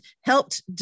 helped